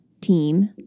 team